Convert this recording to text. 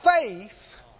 faith